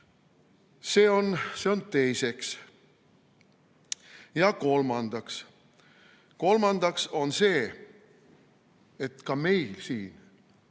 See on teiseks. Ja kolmandaks. Kolmandaks on see, et ka meil siin